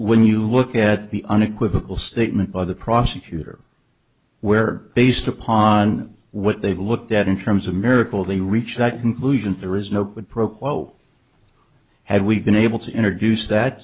when you look at the unequivocal statement by the prosecutor where based upon what they've looked at in terms of a miracle they reach that conclusion there is no quid pro quo had we been able to introduce that